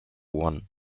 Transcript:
one